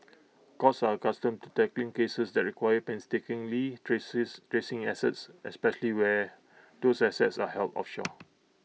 courts are accustomed to tackling cases that require painstakingly traces tracing assets especially where those assets are held offshore